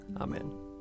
Amen